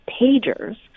pagers